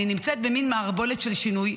אני נמצאת במין מערבולת של שינוי,